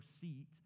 seat